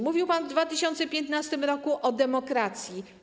Mówił pan w 2015 r. o demokracji.